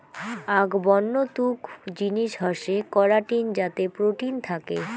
আক বন্য তুক জিনিস হসে করাটিন যাতে প্রোটিন থাকি